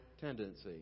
tendency